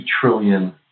trillion